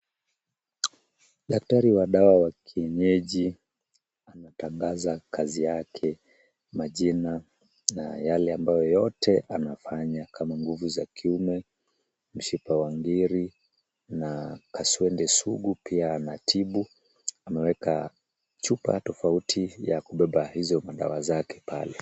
Daktari wa dawa ya kienyeji akitangaza kazi yake, majina na yale ambayo yote anafanya kama nguvu za kiume, mshipa wa ngiri na kaswende sugu pia anatibu. Ameweka chupa tofauti ya kubeba hizo madawa zake pale.